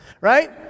right